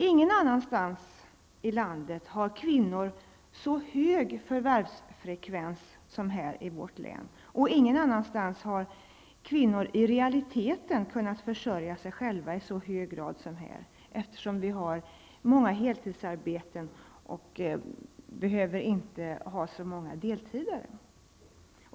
Ingenstans i landet har kvinnor så hög förvärvsfrekvens som här i vårt län, och ingen annanstans har kvinnor i realiteten kunnat försörja sig själva i så hög grad som här, eftersom vi har många heltidsarbeten och inte behöver ha så många ''deltidare''.